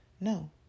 no